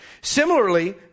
Similarly